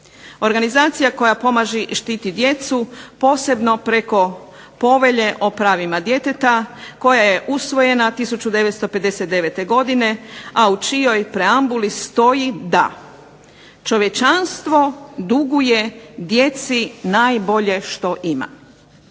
Organizacija koja pomaže štititi djecu posebno preko povelje o pravima djeteta koja je usvojena 1959. godine a u čijoj preambuli stoji da čovječanstvo duguje djeci najbolje što ima.